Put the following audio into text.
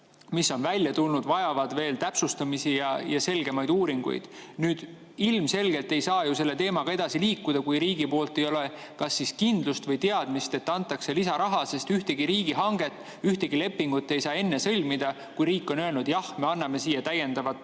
mis on välja tulnud, vajavad veel täpsustamisi ja selgemaid uuringuid. Nüüd, ilmselgelt ei saa ju selle teemaga edasi liikuda, kui riigi poolt ei ole kas kindlust või teadmist, et antakse lisaraha, sest ühtegi riigihanget, ühtegi lepingut ei saa enne sõlmida, kui riik on öelnud: jah, me anname siia täiendavat